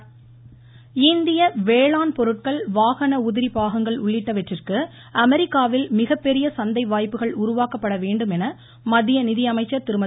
நிர்மலா சீதாராமன் இந்திய வேளாண் பொருட்கள் வாகன உதிரி பாகங்கள் உள்ளிட்டவற்றிற்கு அமெரிக்காவில் மிகப்பெரிய சந்தை வாய்ப்புகள் உருவாக்கப்பட வேண்டும் என மத்திய நிதியமைச்சர் திருமதி